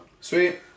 Sweet